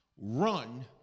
run